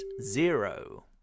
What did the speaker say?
zero